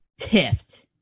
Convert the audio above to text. TIFT